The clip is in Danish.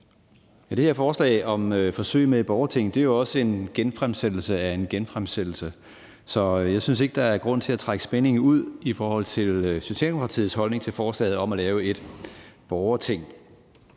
Det her forslag om forsøg med et borgerting er jo også en genfremsættelse af en genfremsættelse, så jeg synes ikke, der er grund til at trække spændingen ud i forhold til Socialdemokratiets holdning til forslaget om at lave et borgerting.